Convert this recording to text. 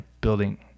building